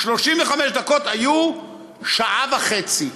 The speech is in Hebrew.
35 דקות היו שעה וחצי.